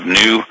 new